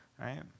right